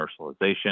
commercialization